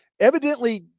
evidently